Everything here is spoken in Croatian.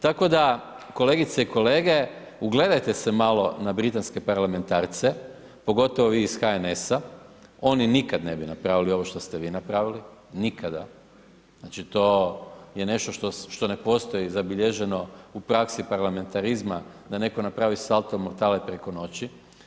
Tako da kolegice i kolege ugledajte se malo na britanske parlamentarce, pogotovo vi iz HNS-a, oni nikad ne bi napravili ovo što ste vi napravili, nikada, znači, to je nešto što ne postoji zabilježeno u praksi parlamentarizma da netko napravi salto mortale preko noći.